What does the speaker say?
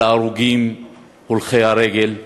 על ההרוגים הולכי הרגל.